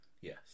Yes